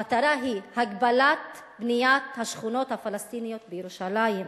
המטרה היא הגבלת בניית השכונות הפלסטיניות בירושלים,